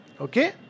Okay